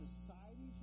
society